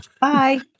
Bye